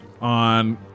on